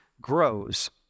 grows